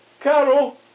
Carol